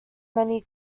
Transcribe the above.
many